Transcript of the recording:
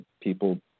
people